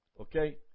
Okay